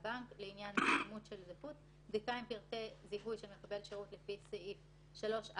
בן זוגו כנהנה אצל המפעיל לפי סעיף 5,